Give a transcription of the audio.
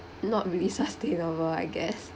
not really sustainable I guess